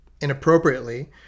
inappropriately